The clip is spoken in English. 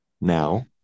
now